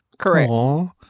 correct